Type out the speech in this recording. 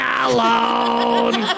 alone